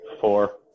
Four